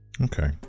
Okay